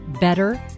Better